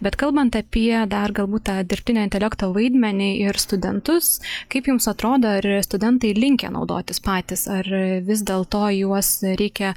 bet kalbant apie dar galbūt tą dirbtinio intelekto vaidmenį ir studentus kaip jums atrodo ar studentai linkę naudotis patys ar vis dėl to juos reikia